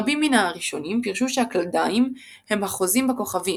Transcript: רבים מן הראשונים פירשו שהכלדיים הם החוזים בכוכבים,